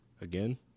Again